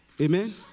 amen